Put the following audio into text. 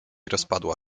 rozpadła